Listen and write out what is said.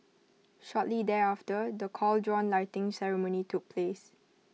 shortly thereafter the cauldron lighting ceremony took place